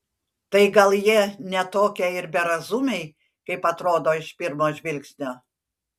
tai gal jie ne tokie ir berazumiai kaip atrodo iš pirmo žvilgsnio